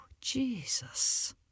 Jesus